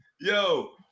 Yo